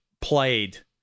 played